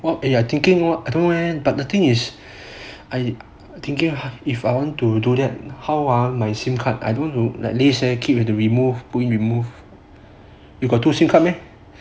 eh I thinking what I don't know eh but I thinking ya if I want to do that how ah my sim card I don't want to like keep it to remove remove you got two sim card meh